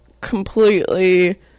completely